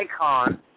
icon